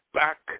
back